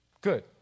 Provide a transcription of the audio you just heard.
good